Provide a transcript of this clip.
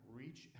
reach